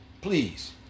Please